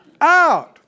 Out